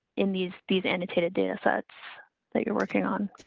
in these, these annotated data sets that you're working on.